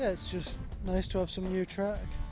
it's just nice to have some new track.